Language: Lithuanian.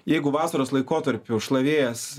jeigu vasaros laikotarpiu šlavėjas